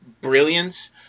brilliance